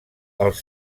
els